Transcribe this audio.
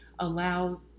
allow